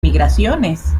migraciones